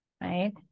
right